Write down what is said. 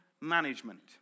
management